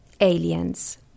Aliens